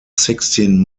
sixteen